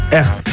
echt